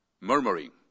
murmuring